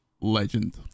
legend